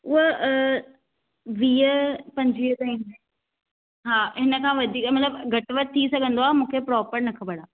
उहा वीह पंजवीह ताईं हा इन खां वधीक मतिलबु घटि वधि थी सघंदो आहे मूंखे प्रोपर न ख़बरु आहे